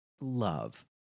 love